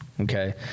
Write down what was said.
Okay